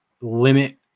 limit